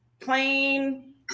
plain